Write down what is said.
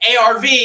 ARV